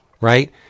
right